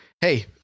Hey